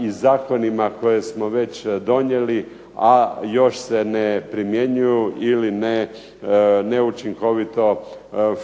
i zakonima koje smo već donijeli, a još se ne primjenjuju ili neučinkovito